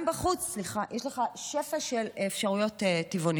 גם בחוץ יש לך שפע של אפשרויות טבעוניות.